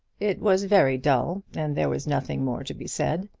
it was very dull, and there was nothing more to be said.